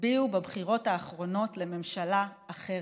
הצביעו בבחירות האחרונות לממשלה אחרת,